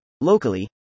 locally